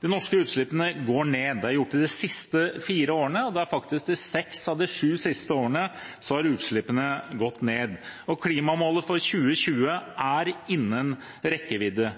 De norske utslippene går ned. Det har de gjort de siste fire årene. Faktisk også i seks av de sju siste årene har utslippene gått ned. Klimamålet for 2020 er innen rekkevidde.